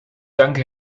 danke